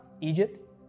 Egypt